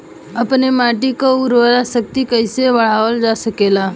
आपन माटी क उर्वरा शक्ति कइसे बढ़ावल जा सकेला?